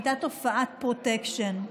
היה תופעת הפרוטקשן.